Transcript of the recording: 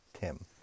Tim